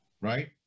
right